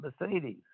Mercedes